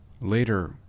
Later